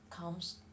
comes